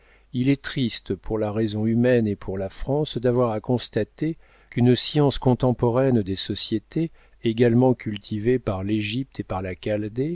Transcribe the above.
il est triste pour la raison humaine et pour la france d'avoir à constater qu'une science contemporaine des sociétés également cultivée par l'égypte et par